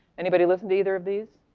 anybody listen to either of these?